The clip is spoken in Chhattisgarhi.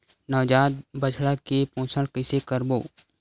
नवजात बछड़ा के पोषण कइसे करबो?